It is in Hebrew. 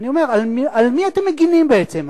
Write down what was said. ואני אומר, על מי אתם מגינים בעצם?